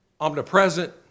omnipresent